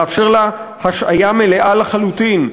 לאפשר לה השעיה מלאה לחלוטין,